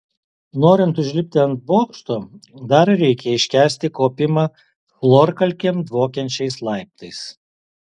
norint užlipti ant bokšto dar reikia iškęsti kopimą chlorkalkėm dvokiančiais laiptais